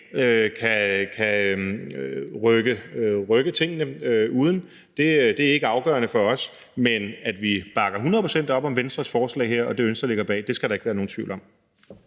kan rykke tingene uden at gøre det, er ikke afgørende for os, men at vi bakker hundrede procent op om Venstres forslag her og det ønske, der ligger bag, skal der ikke være nogen tvivl om.